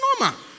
normal